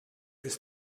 ist